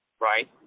right